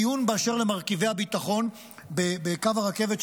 הדיון באשר למרכיבי הביטחון בקו הרכבת,